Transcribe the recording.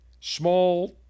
small